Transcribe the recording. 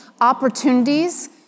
opportunities